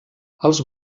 els